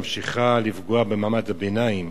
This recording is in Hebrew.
ממשיכה לפגוע במעמד הביניים.